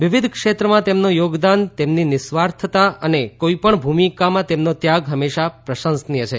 વિવિધ ક્ષેત્રમાં તેમનો યોગદાન તેમની નિસ્વાર્થતા અને કોઇ પણ ભૂમિકામાં તેમનો ત્યાગ હમેશાં પ્રશંસનીય છે